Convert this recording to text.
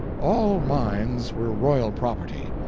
all mines were royal property,